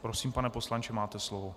Prosím, pane poslanče, máte slovo.